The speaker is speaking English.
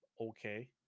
Okay